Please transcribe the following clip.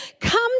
come